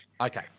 Okay